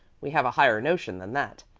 we have a higher notion than that.